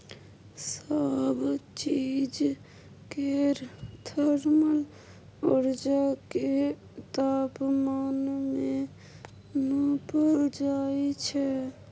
सब चीज केर थर्मल उर्जा केँ तापमान मे नाँपल जाइ छै